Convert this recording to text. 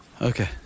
Okay